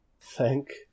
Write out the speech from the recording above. Thank